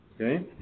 okay